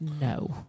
No